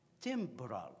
temporal